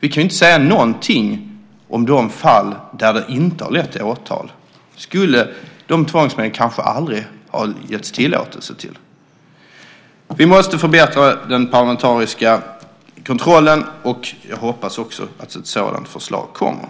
Vi kan inte säga något om de fall där de inte har lett till åtal. De tvångsmedlen skulle det kanske aldrig ha getts tillåtelse till. Vi måste förbättra den parlamentariska kontrollen, och jag hoppas att ett sådant förslag kommer.